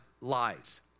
lies